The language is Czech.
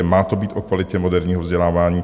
Má to být o kvalitě moderního vzdělávání.